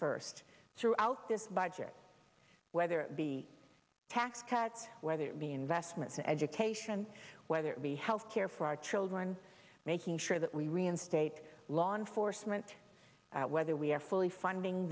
first throughout this budget whether it be tax cuts whether it be investments in education whether it be health care for our children making sure that we reinstate law enforcement whether we're fully funding